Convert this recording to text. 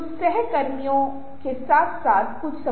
हमारे बोलने हमारी संचार क्षमता केंद्र में है